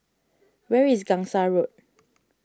where is Gangsa Road